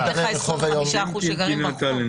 גם דרי רחוב היום חייבים לדווח.